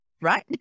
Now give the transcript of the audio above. right